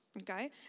okay